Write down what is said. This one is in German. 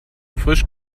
frisch